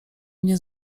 nie